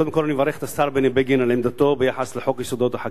קודם כול אני מברך את השר בני בגין על עמדתו ביחס לחוק יסוד: החקיקה.